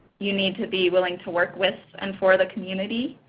you need to be willing to work with and for the community.